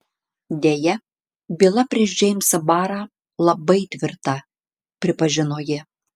deja byla prieš džeimsą barą labai tvirta pripažino ji